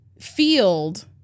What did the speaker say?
field